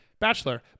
Bachelor